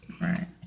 Right